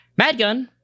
Madgun